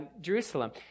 Jerusalem